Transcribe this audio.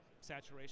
saturation